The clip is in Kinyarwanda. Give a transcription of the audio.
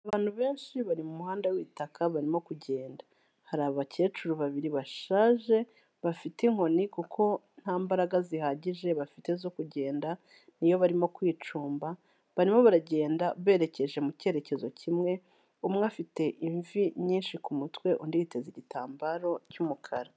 Abantu benshi bari mu muhanda w'ibitaka barimo kugenda, hari abakecuru babiri bashaje bafite inkoni kuko ntambaraga zihagije bafite zo kugenda niyo barimo kwicumba, barimo baragenda berekeje mu cyerekezo kimwe, umwe afite imvi nyinshi ku mutwe undi yiteza igitambaro cy'umukara.